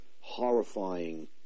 horrifying